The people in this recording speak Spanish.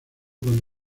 con